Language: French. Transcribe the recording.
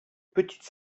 petite